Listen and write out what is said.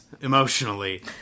emotionally